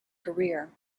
career